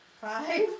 Five